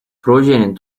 projenin